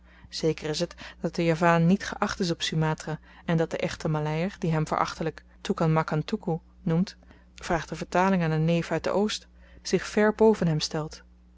zeker is t dat de javaan niet geacht is op sumatra en dat de echte maleier die hem verachtelyk toekan makan toekoe noemt vraag de vertaling aan n neef uit de oost zich ver boven hem stelt